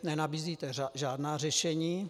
Nenabízíte žádná řešení.